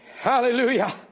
Hallelujah